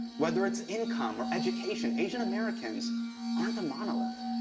whether it's income or education, asian americans aren't a monolith.